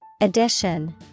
Addition